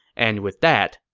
and with that,